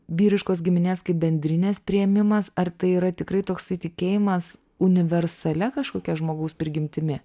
vyriškos giminės kaip bendrinės priėmimas ar tai yra tikrai toksai tikėjimas universalia kažkokia žmogaus prigimtimi